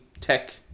tech